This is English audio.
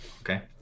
Okay